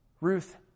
Ruth